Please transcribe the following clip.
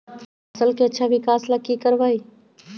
फसल के अच्छा विकास ला की करवाई?